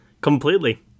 completely